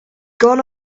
gone